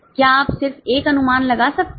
क्या आप सिर्फ एक अनुमान लगा सकते है